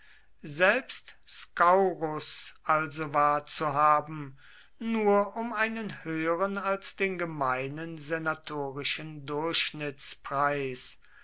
selbst scaurus also war zu haben nur um einen höheren als den gemeinen senatorischen durchschnittspreis